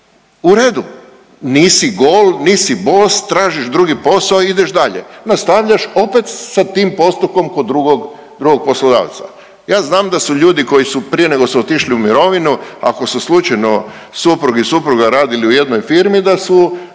u redu, nisi gol, nisi bos, tražiš drugi posao i ideš dalje, nastavljaš opet sa tim postupkom kod drugog, drugog poslodavca. Ja znam da su ljudi koji su prije nego su otišli u mirovinu ako su slučajno suprug i supruga radili u jednoj firmi da su